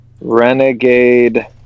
Renegade